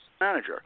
manager